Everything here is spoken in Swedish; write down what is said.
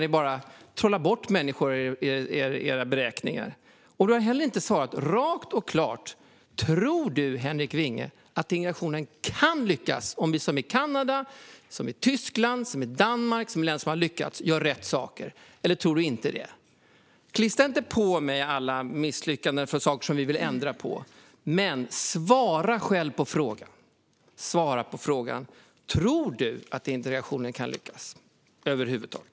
Ni bara trollar bort människor i era beräkningar. Du har heller inte svarat rakt och klart på den andra frågan. Tror du, Henrik Vinge, att migrationen kan lyckas om vi gör som i Kanada, Tyskland och Danmark - länder som har lyckats göra rätt saker? Eller tror du inte det? Klistra inte på mig alla misslyckanden! Det är saker som vi vill ändra på. Men svara själv på frågan! Tror du att integrationen kan lyckas över huvud taget?